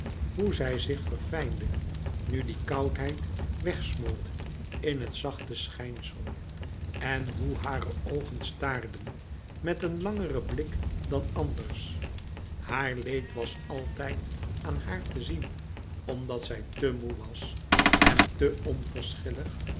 hoe zij zich verfijnde nu die koudheid wegsmolt in het zachte schijnsel en hoe hare oogen staarden met een langeren blik dan anders haar leed was altijd aan haar te zien omdat zij te moê was en te